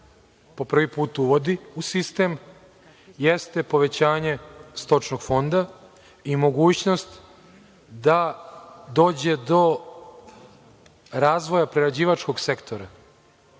po prvi put uvodi u sistem jeste povećanje stočnog fonda i mogućnost da dođe do razvoja prerađivačkog sektora,